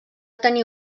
tenir